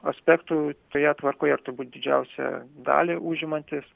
aspektų toje tvarkoje ir turbūt didžiausią dalį užimantis